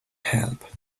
help